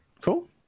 Cool